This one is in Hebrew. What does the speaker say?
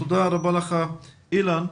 תודה רבה לך, אילן.